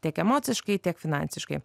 tiek emociškai tiek finansiškai